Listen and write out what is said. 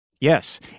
Yes